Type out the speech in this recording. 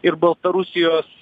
ir baltarusijos